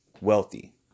wealthy